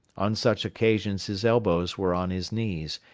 on such occasions his elbows were on his knees,